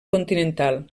continental